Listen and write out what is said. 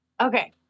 Okay